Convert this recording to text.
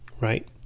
right